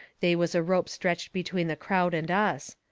they was a rope stretched between the crowd and us.